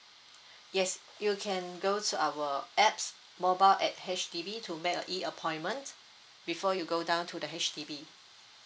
yes you can go to our apps mobile at H_D_B to make a E appointment before you go down to the H_D_B